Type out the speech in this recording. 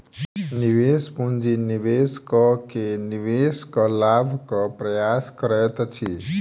निवेश पूंजी निवेश कअ के निवेशक लाभक प्रयास करैत अछि